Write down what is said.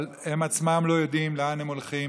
אבל הם עצמם לא יודעים לאן הם הולכים,